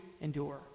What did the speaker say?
endure